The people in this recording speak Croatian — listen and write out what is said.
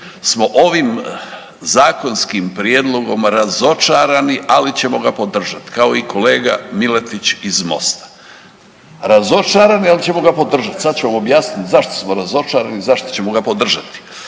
smo ovim zakonskim prijedlogom razočarani, ali ćemo ga podržat kao i kolega Miletić iz Mosta. Razočarani, ali ćemo ga podržat, sad ću vam objasnit zašto smo razočarani, zašto ćemo ga podržati.